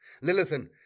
Lilithan